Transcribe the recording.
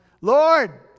Lord